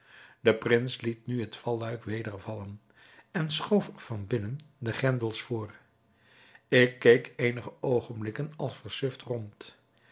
de prins liet nu het valluik weder vallen en schoof er van binnen de grendels voor ik keek eenige oogenblikken als versuft rond